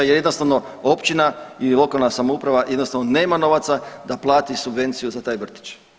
Jer jednostavno općina i lokalna samouprava jednostavno nema novaca da plati subvenciju za taj vrtić.